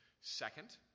Second